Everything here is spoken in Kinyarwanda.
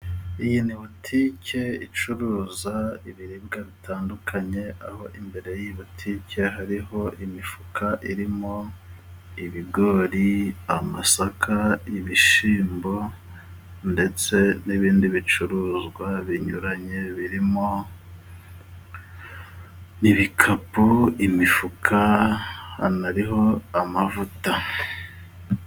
Iyi ni butike icuruza ibiribwa bitandukanye, aho imbere y'iyi butike hariho imifuka irimo ibigori, amasaka, ibishyimbo ndetse n'ibindi bicuruzwa binyuranye birimo ibikapu, imifuka, hanariho amavuta.